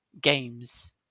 games